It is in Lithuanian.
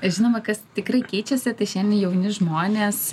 žinoma kas tikrai keičiasi tai šiandien jauni žmonės